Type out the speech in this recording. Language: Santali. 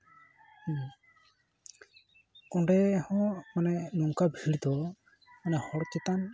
ᱚᱸᱰᱮ ᱦᱚᱸ ᱢᱟᱱᱮ ᱱᱚᱝᱠᱟ ᱵᱷᱤᱲ ᱫᱚ ᱢᱟᱱᱮ ᱦᱚᱲ ᱪᱮᱛᱟᱱ